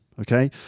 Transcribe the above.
Okay